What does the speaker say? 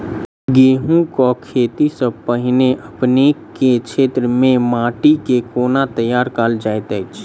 गेंहूँ केँ खेती सँ पहिने अपनेक केँ क्षेत्र मे माटि केँ कोना तैयार काल जाइत अछि?